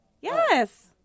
yes